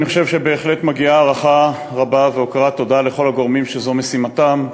אני חושב שבהחלט מגיעה הערכה רבה והכרת תודה לכל הגורמים שזו משימתם,